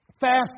fast